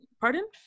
pardon